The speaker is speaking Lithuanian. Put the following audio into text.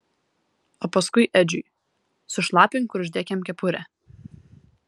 o paskui edžiui sušlapink ir uždėk jam kepurę